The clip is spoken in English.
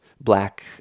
black